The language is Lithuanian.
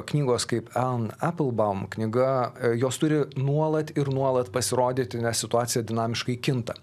knygos kaip en eplbaum knyga jos turi nuolat ir nuolat pasirodyti nes situacija dinamiškai kinta